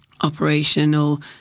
operational